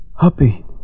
happy